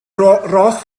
ros